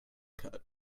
cut